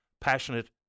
passionate